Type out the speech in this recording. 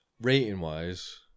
Rating-wise